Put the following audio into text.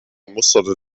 musterte